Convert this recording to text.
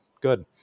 good